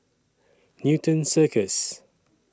Newton Circus